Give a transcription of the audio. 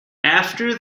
after